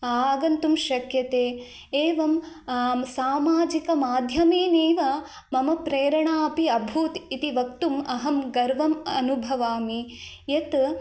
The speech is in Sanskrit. आगन्तुं शक्यते एवं सामाजिक माध्यमेनेव मम प्रेरणा अपि अभूत् इति वक्तुम् अहं गर्वम् अनुभवामि यत्